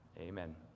Amen